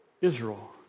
Israel